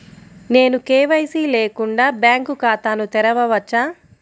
నేను కే.వై.సి లేకుండా బ్యాంక్ ఖాతాను తెరవవచ్చా?